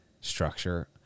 structure